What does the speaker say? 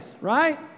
right